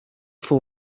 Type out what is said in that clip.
for